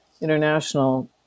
International